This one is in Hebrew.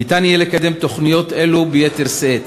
יהיה אפשר לקדם תוכניות אלו ביתר שאת.